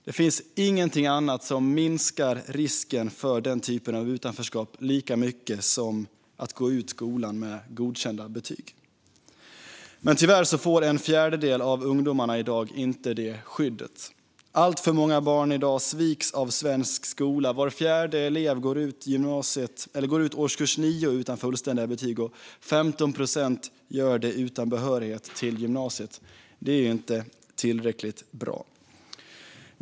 Det finns ingenting annat som minskar risken för den typen av utanförskap lika mycket som att gå ut skolan med godkända betyg. Men tyvärr får en fjärdedel av ungdomarna i dag inte det skyddet. Alltför många barn sviks i dag av svensk skola. Var fjärde elev går ut årskurs 9 utan fullständiga betyg, och 15 procent gör det utan behörighet till gymnasiet. Det är inte tillräckligt bra.